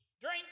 drink